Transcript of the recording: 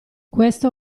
questo